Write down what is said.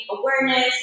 awareness